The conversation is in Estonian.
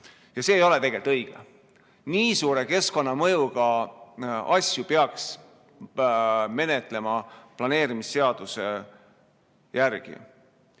See ei ole tegelikult õige. Nii suure keskkonnamõjuga asju peaks menetlema planeerimisseaduse järgi.